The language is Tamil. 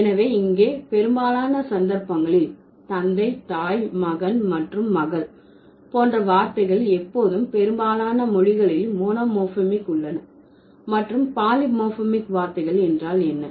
எனவே இங்கே பெரும்பாலான சந்தர்ப்பங்களில் தந்தை தாய் மகன் மற்றும் மகள் போன்ற வார்த்தைகள் எப்போதும் பெரும்பாலான மொழிகளில் மோனோமோர்பமிக் உள்ளன மற்றும் பாலிமோர்பிமிக் வார்த்தைகள் என்றால் என்ன